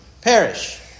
perish